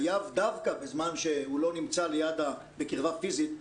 דווקא בזמן שהוא לא נמצא בקרבה פיזית,